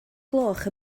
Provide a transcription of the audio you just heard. gloch